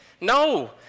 No